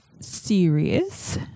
serious